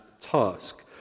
task